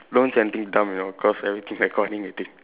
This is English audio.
don't say anything dumb you know cause everything recording already